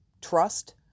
trust